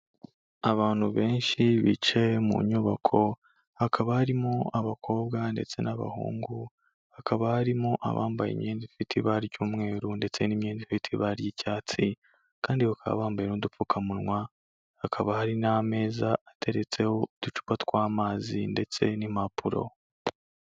Abantu benshi bicaye mu nyubako, hakaba harimo abakobwa ndetse n'abahungu hakaba harimo abambaye imyenda ifite ibara ry'umweru ndetse n'imyenda ifite ibara ry'icyatsi, kandi bakaba bambaye n'udupfukamunwa hakaba hari n'ameza ateretseho uducupa tw'amazi ndetse n'impapuro.